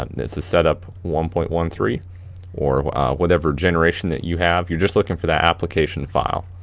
um this is setup one point one three or whatever generation that you have. you're just looking for that application file.